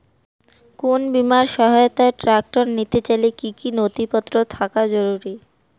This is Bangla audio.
কোন বিমার সহায়তায় ট্রাক্টর নিতে চাইলে কী কী নথিপত্র থাকা জরুরি?